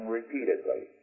repeatedly